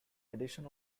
addition